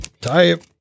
type